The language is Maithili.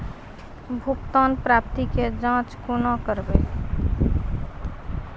भुगतान प्राप्ति के जाँच कूना करवै?